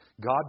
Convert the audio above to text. God